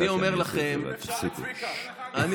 סליחה שאני אעשה את זה, אבל תפסיקו.